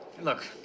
Look